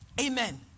Amen